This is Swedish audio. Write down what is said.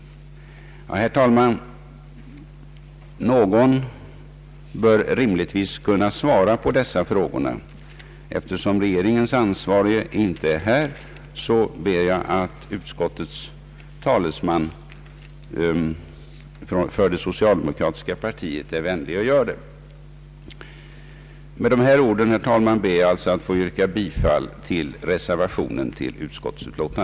Ja, herr talman, någon bör rimligtvis kunna svara på dessa frågor. Eftersom regeringens ansvarige inte är här ber jag att utskottets talesman såsom företrädare för det socialdemokratiska partiet är vänlig och gör det. Med dessa ord, herr talman, ber jag att få yrka bifall till reservationen.